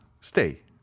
stay